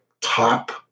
top